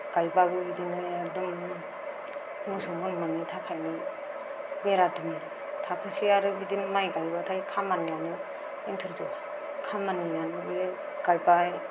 गायबाबो बिदिनो एखदम मोसौ बोरमानि थाखायनो बेरा दुमो थाखोसेया आरो बिदिनो माइ गायब्लाथाय खामानियानो ओन्थोरजोआ खामानियानो बेयो गायबाय